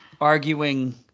arguing